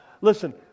Listen